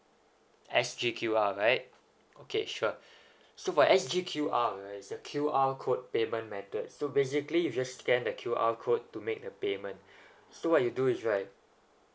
S_G_Q_R right okay sure so for S_G_Q_R it's a Q_R code payment methods so basically you just scan the Q_R code to make the payment so what you do is like